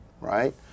right